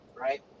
Right